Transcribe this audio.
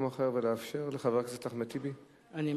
אחר ולאפשר לחבר הכנסת אחמד טיבי לפתוח.